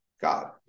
God